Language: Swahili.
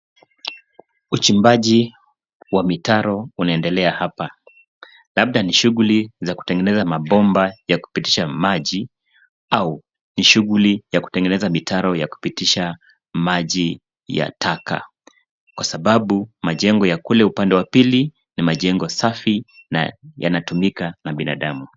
Uchimbaji wa mitaro unaendelea hapa labda ni shughuli za kutengeneza mabomba ya kupitisha maji au ni shughuli ya kutengeneza mitaro ya kupitisha maji ya taka, kwa sababu majengo ya kule upande wa pili ni majengo safi na yanatumika na biandamu.